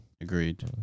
Agreed